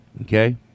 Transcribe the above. Okay